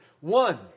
One